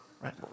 right